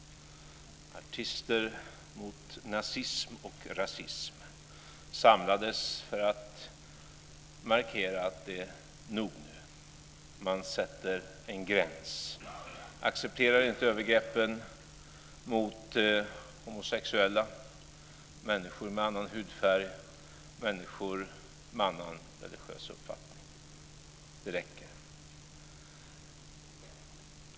Artister mot nazism och rasism samlades för att markera att det är nog nu. Man sätter en gräns. Man accepterar inte övergreppen mot homosexuella, människor med annan hudfärg och människor med annan religiös uppfattning. Det räcker.